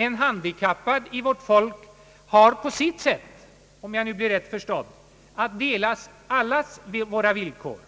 En handikappad i vårt folk har på sitt sätt, om jag nu blir rätt förstådd, att dela allas våra villkor.